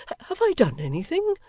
have i done anything?